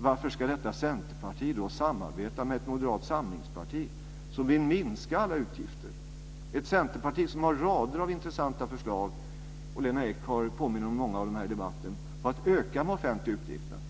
Varför ska detta centerparti då samarbeta med ett moderat samlingsparti som vill minska alla utgifter, ett centerparti som har rader av intressanta förslag - Lena Ek har påmint om många av dem här i debatten - om att öka de offentliga utgifterna?